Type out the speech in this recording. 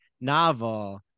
novel